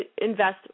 invest